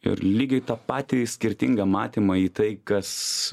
ir lygiai tą patį skirtingą matymą į tai kas